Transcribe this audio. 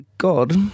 God